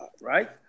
Right